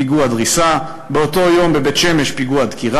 פיגוע דקירה, ב-15